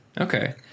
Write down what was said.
Okay